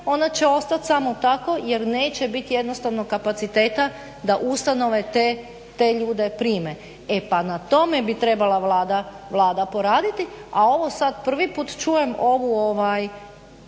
ona će ostat samo tako jer neće bit jednostavno kapaciteta da ustanove te ljude prime. E pa na tome bi trebala Vlada poraditi, a ovo sad prvi put čujem ovu